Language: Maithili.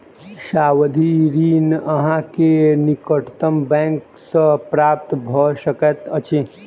सावधि ऋण अहाँ के निकटतम बैंक सॅ प्राप्त भ सकैत अछि